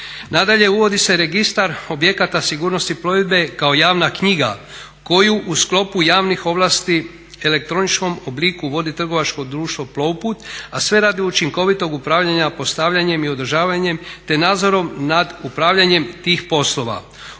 Nadalje, uvodi se registar objekata sigurnosti plovidbe kao javna knjiga koju u sklopu javnih ovlasti u elektroničkom obliku vodi Trgovačko društvo Plovput, a sve radi učinkovitog upravljanja, postavljanjem i održavanjem te nadzorom nad upravljanjem tih poslova.